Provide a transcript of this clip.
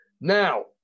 now